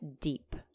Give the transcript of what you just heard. deep